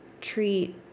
treat